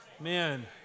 Man